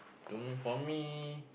don't for me